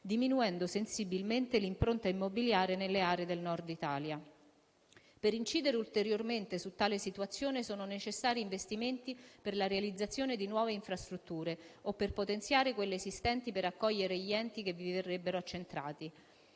diminuendo sensibilmente l'impronta immobiliare nelle aree del Nord Italia. Per incidere ulteriormente su tale situazione sono necessari investimenti per la realizzazione di nuove infrastrutture o per potenziare quelle esistenti per accogliere gli enti che vi verrebbero accentrati.